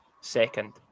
second